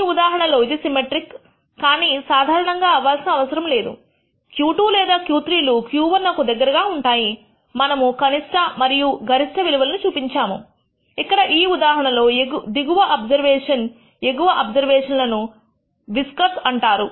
ఈ ఉదాహరణలో ఇది సిమెట్రిక్ కానీ సాధారణంగా అవ్వాల్సిన అవసరం లేదు Q2 లేదా Q3 లు Q1 నకు దగ్గరగా ఉంటాయి మనము కనిష్ట మరియు గరిష్ట విలువలు చూపించాము ఇక్కడ ఈ ఉదాహరణ లో దిగువ అబ్జర్వేషన్ ఎగువ అబ్జర్వేషన్ లను విస్కర్స్ అంటారు